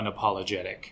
unapologetic